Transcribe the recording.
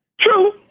True